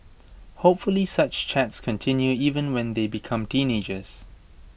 hopefully such chats continue even when they become teenagers